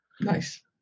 Nice